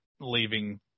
leaving